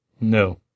No